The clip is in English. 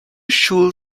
should